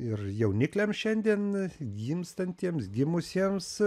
ir jaunikliam šiandien gimstantiems gimusiems